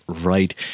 right